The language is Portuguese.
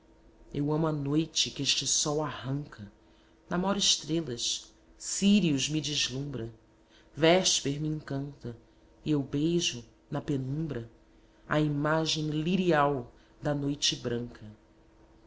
eu amo a noite que este sol arranca namoro estrelas sírius me deslumbra vésper me encanta e eu beijo na penumbra a imagem lirial da noite branca